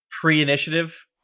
Pre-initiative